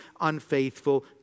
unfaithful